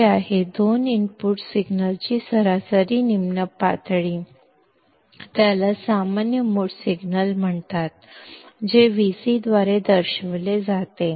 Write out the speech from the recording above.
जे आहे दोन इनपुट सिग्नलची सरासरी निम्न पातळी आणि त्याला सामान्य मोड सिग्नल म्हणतात जे Vc द्वारे दर्शविले जाते